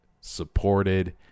supported